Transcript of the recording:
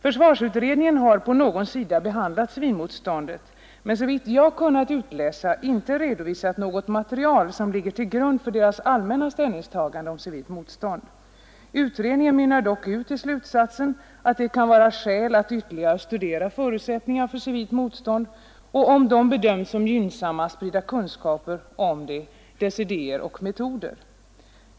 Försvarsutredningen har på någon sida behandlat civilmotståndet men, såvitt jag kunnat utläsa, inte redovisat något material som ligger till grund för dess allmänna ställningstagande om civilt motstånd. Utredningen mynnar dock ut i slutsatsen att det kan vara skäl att ytterligare studera förutsättningarna för civilt motstånd och, om de bedöms som gynnsamma, sprida kunskap om civilmotståndets idé och metoder.